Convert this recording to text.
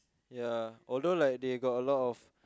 ya although like they got a lot of